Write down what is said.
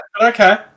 Okay